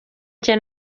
njye